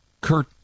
Kurt